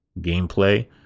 gameplay